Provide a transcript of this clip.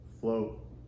float